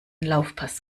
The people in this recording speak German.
laufpass